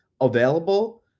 available